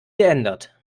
geändert